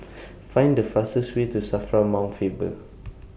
Find The fastest Way to SAFRA Mount Faber